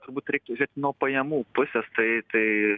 turbūt reiktų žiūrėt nuo pajamų pusės tai tai